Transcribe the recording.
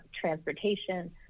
transportation